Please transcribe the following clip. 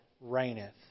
reigneth